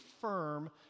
firm